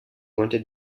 wanted